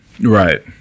right